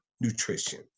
nutrition